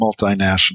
multinational